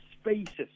spaces